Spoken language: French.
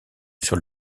sur